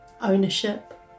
ownership